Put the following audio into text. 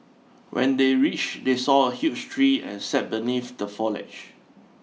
when they reached they saw a huge tree and sat beneath the foliage